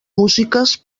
músiques